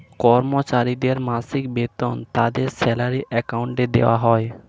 কর্মচারীদের মাসিক বেতন তাদের স্যালারি অ্যাকাউন্টে দেওয়া হয়